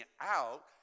out